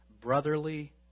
brotherly